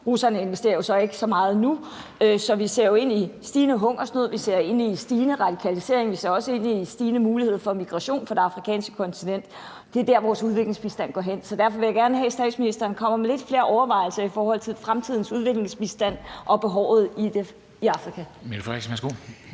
Russerne investerer så ikke så meget nu, så vi ser jo ind i stigende hungersnød; vi ser ind i stigende radikalisering. Vi ser også ind i en mulighed for stigende migration fra det afrikanske kontinent. Det er dér, vores udviklingsbistand går hen. Så derfor vil jeg gerne have, at statsministeren kommer med lidt flere overvejelser i forhold til fremtidens udviklingsbistand og behovet i Afrika. Kl. 13:17 Formanden